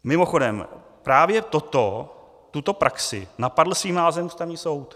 Mimochodem právě toto, tuto praxi, napadl svým nálezem Ústavní soud.